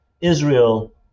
Israel